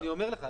אני אומר לך